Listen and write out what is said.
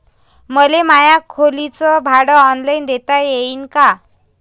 मले माया खोलीच भाड ऑनलाईन देता येईन का?